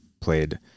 played